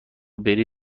بری